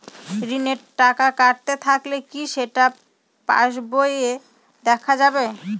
ঋণের টাকা কাটতে থাকলে কি সেটা পাসবইতে দেখা যাবে?